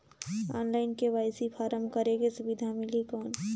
Online KYC form करेके सुविधा मिली कौन?